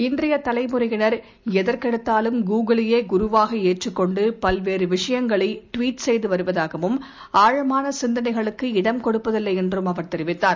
இன்றைய தலைமுறையின் எதற்கெடுத்தாலும் கூகுலையே குருவாக ஏற்றுக் கொண்டு பல்வேறு விஷயங்களை டுவிட் செய்து வருவதாகவும் ஆழமான சிந்தனைகளுக்கு இடம்கொடுப்பதில்லை என்றும் அவர் தெரிவித்தார்